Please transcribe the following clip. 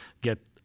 get